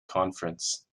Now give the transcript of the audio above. conference